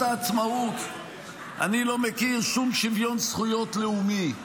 העצמאות אני לא מכיר שום שוויון זכויות לאומי,